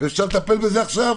אפשר לטפל בזה עכשיו?